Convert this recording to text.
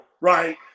Right